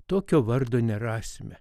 tokio vardo nerasime